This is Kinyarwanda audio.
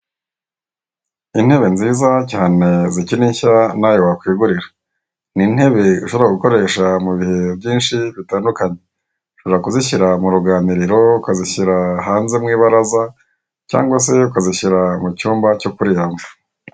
Intebe nziza cyane zikiri nshya nawe wakigurira, n'intebe ushobora gukoresha mu birori byinshi bitandukanye, ushobora kuzishyira mu ruganiriro, ukazishyira hanze mu ibaraza cyangwa se ukazishyira mu cyumba cyo kuriramo.